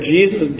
Jesus